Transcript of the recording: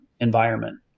environment